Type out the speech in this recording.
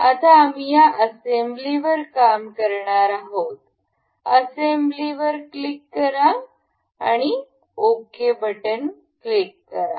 आता आम्ही या असेंबलीवर काम करणार आहोत असेंब्लीवर क्लिक करा आणि ओके वर क्लिक करा